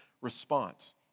response